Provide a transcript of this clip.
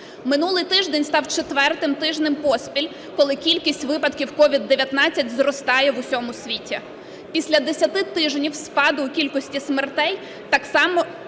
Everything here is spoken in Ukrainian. Минулий тиждень став четвертим тижнем поспіль, коли кількість випадків COVID-19 зростає в усьому світі. Після 10 тижнів спаду у кількості смертей, так само